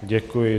Děkuji.